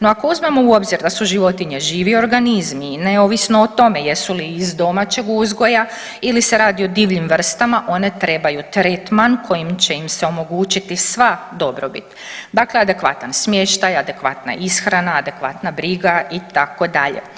No ako uzmemo u obzir da su životinje živi organizmi i neovisno o tome jesu li iz domaćeg uzgoja ili se radi o divljim vrstama one trebaju tretman kojim će se omogućiti sva dobrobit, dakle adekvatan smještaj, adekvatna ishrana, adekvatna briga, itd.